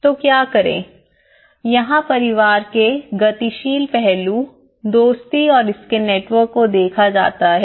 तो क्या करें यहां परिवार के गतिशील पहलू दोस्ती और इसके नेटवर्क को देखा जाता है